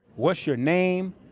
what's your name?